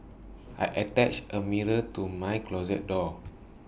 I attached A mirror to my closet door